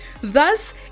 Thus